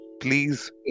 please